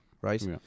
Right